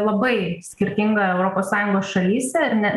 labai skirtinga europos sąjungos šalyse ir ne